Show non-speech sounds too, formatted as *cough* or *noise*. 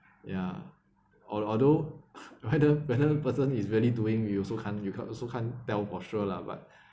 ya alt~ although either *laughs* whether person is really doing we also can't you can't also can't tell for sure lah but *breath*